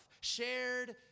shared